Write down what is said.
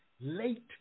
late